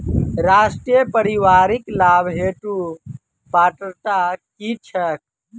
राष्ट्रीय परिवारिक लाभ हेतु पात्रता की छैक